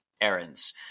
errands